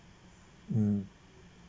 mm